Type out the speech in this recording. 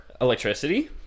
Electricity